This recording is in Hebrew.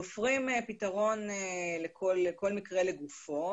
תופרים פתרון כל מקרה לגופו,